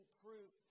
proof